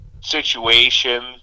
situation